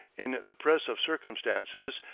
in the press of circumstances,